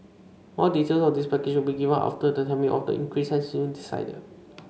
more details of this package will be given after the timing of the increase has been decided